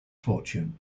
fortune